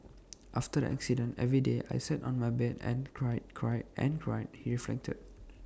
after the accident every day I sat on my bed and cried cried and cried he reflected